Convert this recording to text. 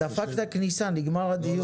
דפקת כניסה, נגמר הדיון.